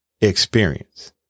experience